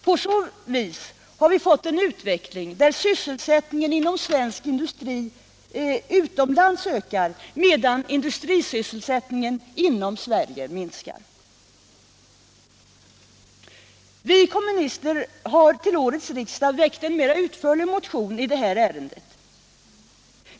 På så vis har vi fått en utveckling där sysselsättningen inom svensk industri utomlands ökar, medan industrisysselsättningen inom Sverige minskar. Vi kommunister har till årets riksdag väckt en mera utförlig motion i detta ärende.